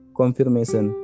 confirmation